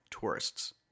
tourists